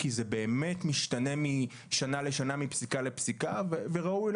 כי זה משתנה משנה לשנה ומפסיקה לפסיקה וראוי